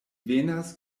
venas